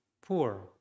poor